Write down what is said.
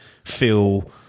feel